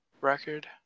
record